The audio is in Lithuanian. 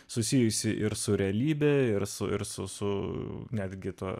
susijusi ir su realybe ir su ir su netgi to